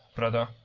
brother.